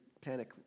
panic